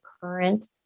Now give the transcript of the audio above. current